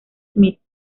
smith